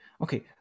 Okay